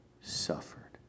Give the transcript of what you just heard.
suffered